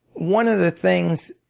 one of the things